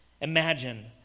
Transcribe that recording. Imagine